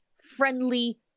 friendly